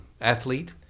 athlete